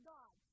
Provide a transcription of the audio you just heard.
God